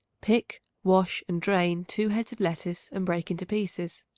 pick, wash and drain two heads of lettuce and break into pieces.